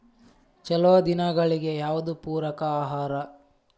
ಛಲೋ ದನಗಳಿಗೆ ಯಾವ್ದು ಪೂರಕ ಆಹಾರ?